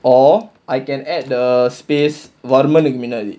or I can add the space வர்மனுக்கு முன்னாடி:varmanukku munnaadi immediately